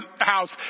house